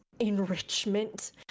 enrichment